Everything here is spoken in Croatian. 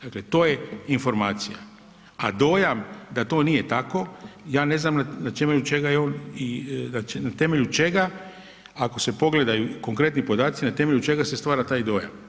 Dakle, to je informacija, a dojam da to nije tako ja ne znam na temelju čega je i on, na temelju čega, ako se pogledaju konkretni podaci, na temelju čega se stvara taj dojam.